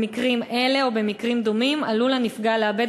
במקרים אלה ובמקרים דומים עלול הנפגע לאבד